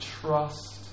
trust